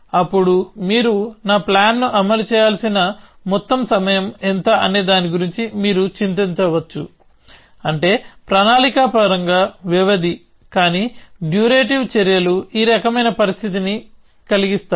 అప్పుడు మీరు నా ప్లాన్ని అమలు చేయాల్సిన మొత్తం సమయం ఎంత అనే దాని గురించి మీరు చింతించవచ్చు అంటే ప్రణాళికా పరంగా వ్యవధి కానీ డ్యూరేటివ్ చర్యలు ఈ రకమైన పరిస్థితిని కలిగిస్తాయి